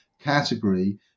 category